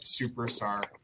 superstar